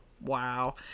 Wow